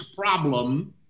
problem